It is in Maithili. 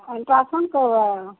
अल्ट्रासाउण्ड करबै